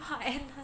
and